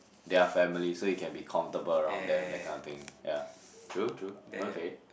their family so you can be comfortable around them that kind of thing ya true true okay